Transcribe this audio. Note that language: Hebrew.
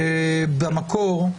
במקור,